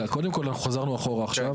רגע, קודם כל, אנחנו חזרנו אחורה עכשיו.